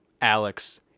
Alex